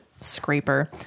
scraper